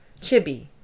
Chibi